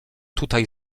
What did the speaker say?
tutaj